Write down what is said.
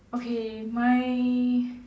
okay my